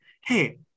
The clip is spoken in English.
hey